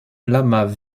lamas